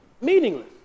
meaningless